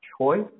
choice